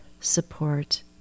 support